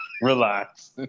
relax